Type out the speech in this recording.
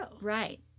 Right